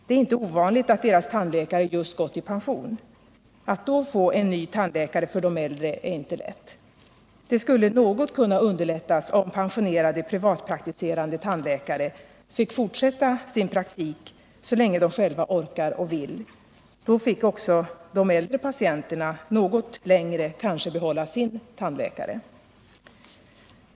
Det är inte ovanligt att deras tandläkare just gått i pension, och att då få'en ny tandläkare är inte lätt för dem. Deras situation skulle kunna underlättas något om pensionerade privatpraktiserande tandläkare fick fortsätta sin praktik så länge de själva orkar och vill. De äldre patienterna skulle därigenom kanske få behålla sin tandläkare något längre.